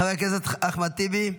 חבר הכנסת אחמד טיבי,